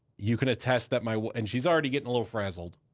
you can attest that my, and she's already getting a little frazzled.